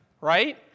right